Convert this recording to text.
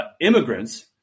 immigrants